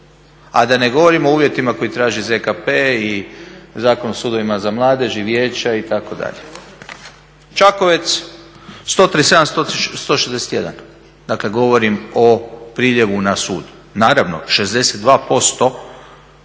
A da ne govorim o uvjetima koje traži ZKP i Zakon o sudovima za mladež i vijeća itd. Čakovec, 137, 161. Dakle govorim o priljevu na sud. Naravno 62%